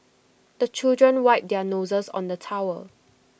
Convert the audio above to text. the children wipe their noses on the towel